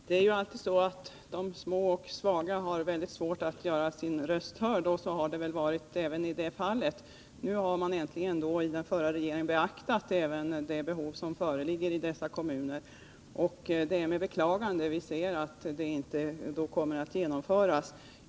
Herr talman! De små och svaga har alltid svårt att göra sin röst hörd, och så har det väl varit även i detta fall. Den förra regeringen beaktade äntligen de behov som föreligger i dessa kommuner, och det är med beklagande som vi ser att den regeringens förslag inte kommer att genomföras.